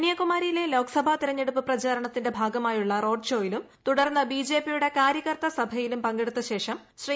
കന്യാകുമാരിയിലെ ലോക്സഭാ തെരഞ്ഞെടുപ്പ് പ്രചരണത്തിന്റെ ഭാഗമായുള്ള റോഡ് ഷോയിലും തുടർന്ന് ബിജെപിയുടെ കാര്യകർത്ത സഭയിലും പങ്കെടുത്ത ശേഷം ശ്രീ